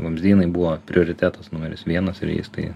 vamzdynai buvo prioritetas numeris vienas ir jais tai